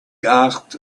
asked